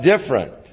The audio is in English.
different